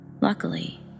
Luckily